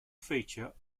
feature